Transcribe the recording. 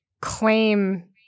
claim